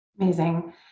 Amazing